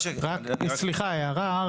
סליחה, הערה.